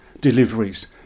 deliveries